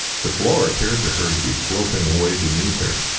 the floor appeared to her to be sloping away beneath her,